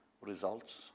results